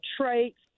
traits